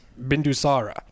Bindusara